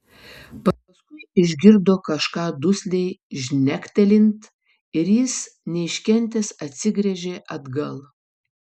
paskui išgirdo kažką dusliai žnektelint ir jis neiškentęs atsigręžė atgal